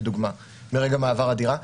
לדוגמה מרגע מעבר דירה,